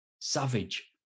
savage